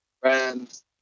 friends